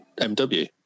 MW